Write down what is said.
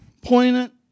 poignant